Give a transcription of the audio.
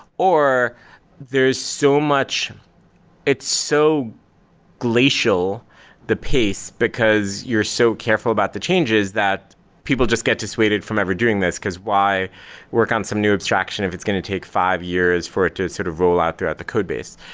or there's so much it's so glacial the pace, because you're so careful about the changes that people just get dissuaded from ever doing this, because why work on some new abstraction if it's going to take five years for it to sort of roll out throughout the codebase.